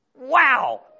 Wow